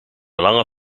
lange